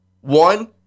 One